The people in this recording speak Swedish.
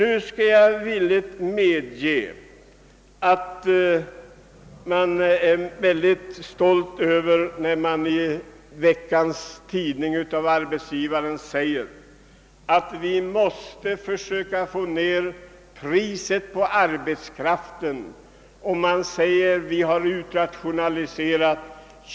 I veckans nummer av tidskriften Arbetsgivaren kan man läsa hur en skribent med stolthet förklarar att vi under det gångna året lyckades utrationalisera.